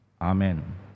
Amen